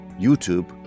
YouTube